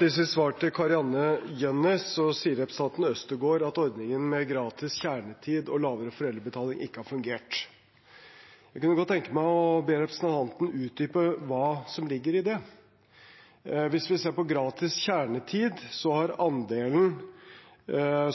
I sitt svar til Kari-Anne Jønnes sier representanten Øvstegård at ordningen med gratis kjernetid og lavere foreldrebetaling ikke har fungert. Jeg kunne godt tenke meg å be representanten utdype hva som ligger i det. Hvis vi ser på gratis kjernetid, har andelen